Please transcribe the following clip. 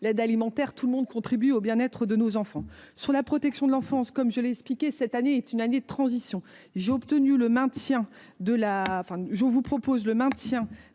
l'aide alimentaire, tout le monde contribue au bien-être de nos enfants sur la protection de l'enfance comme je l'ai expliqué cette année est une année de transition, j'ai obtenu le maintien de la fin, je vous propose le maintien